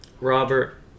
Robert